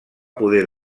poder